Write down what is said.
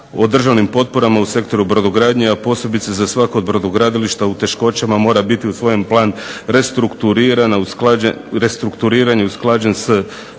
državnim potporama u sektoru brodogradnje, a posebice za svako od brodogradilišta u teškoćama, mora biti usvojen plan restrukturiranja i usklađen sa